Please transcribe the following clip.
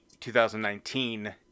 2019